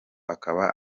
akaba